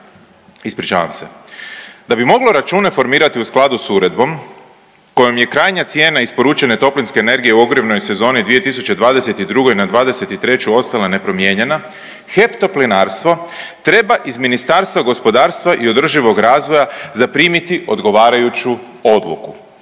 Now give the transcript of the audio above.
Da bi moglo račune formirati u skladu s uredbom kojom je krajnja cijena isporučene toplinske energije u ogrjevnoj sezoni 2022. na '23. ostala nepromijenjena, HEP Toplinarstvo treba iz Ministarstva gospodarstva i održivoga razvoja zaprimiti odgovarajuću odluku.